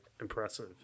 impressive